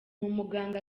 umuganga